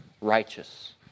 righteous